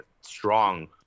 strong